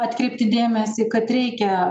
atkreipti dėmesį kad reikia